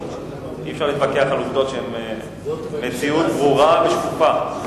אי-אפשר להתווכח על עובדות שהן מציאות ברורה ושקופה.